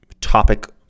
topic